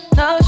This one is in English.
no